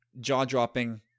jaw-dropping